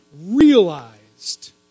realized